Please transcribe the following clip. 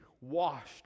washed